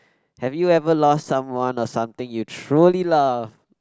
have you ever lost someone or something you truly love